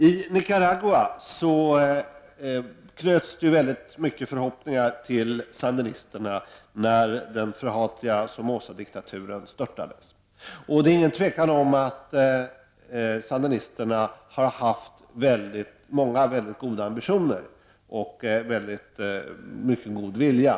I Nicaragua knöts det mycket stora förhoppningar till sandinisterna när den förhatliga Somozadiktaturen störtades. Det är inget tvivel om att sandinisterna har haft många väldigt goda ambitioner och väldigt mycket god vilja.